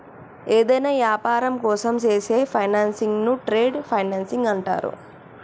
యేదైనా యాపారం కోసం చేసే ఫైనాన్సింగ్ను ట్రేడ్ ఫైనాన్స్ అంటరు